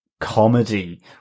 comedy